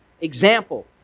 example